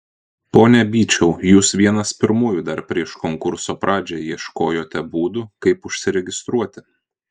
pone byčiau jūs vienas pirmųjų dar prieš konkurso pradžią ieškojote būdų kaip užsiregistruoti